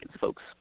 folks